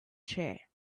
chair